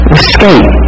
escape